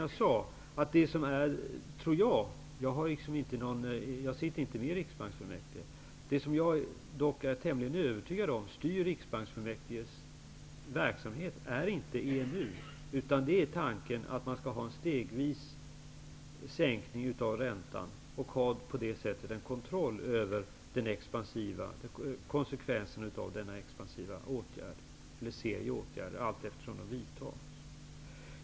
Jag sitter inte med i Riksbanksfullmäktige, men jag vill upprepa det som jag sagt, nämligen att jag är tämligen övertygad om att det som styr Riksbanksfullmäktiges verksamhet inte är EMU utan tanken att man skall ha en stegvis sänkning av räntan för att på det sättet ha en kontroll över konsekvenserna av en serie expansiva åtgärder, allteftersom de vidtas.